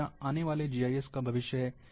यह आने वाले जीआईएस का भविष्य है